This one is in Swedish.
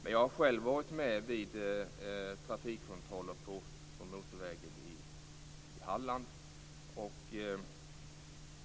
Men jag har själv varit med vid trafikkontroller på motorvägen i Halland.